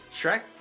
Shrek